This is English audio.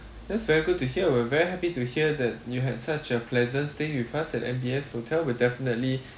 that's very good to hear we're very happy to hear that you had such a pleasant stay with us at M_B_S hotel we're definitely